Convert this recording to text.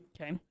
Okay